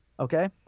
Okay